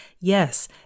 Yes